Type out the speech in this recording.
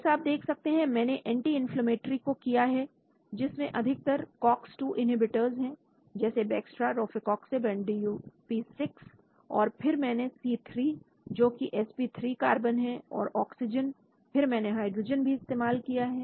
जैसा आप देख सकते हैं मैंने एंटी इन्फ्लेमेटरी को किया है जिसमें अधिकतर cox 2inhibitors जैसे Bextra रोफैकॉक्सिब and DuP 6 है और फिर मैंने c3 जोकि sp3 कार्बन है और ऑक्सीजन फिर मैंने हाइड्रोजन भी इस्तेमाल किया है